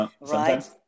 right